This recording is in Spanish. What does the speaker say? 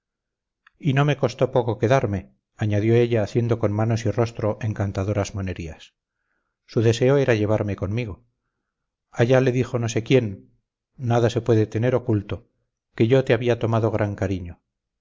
y no me costó poco quedarme añadió ella haciendo con manos y rostro encantadoras monerías su deseo era llevarme consigo allá le dijo no sé quién nada se puede tener oculto que yo te había tomado gran cariño